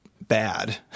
bad